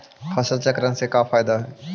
फसल चक्रण से का फ़ायदा हई?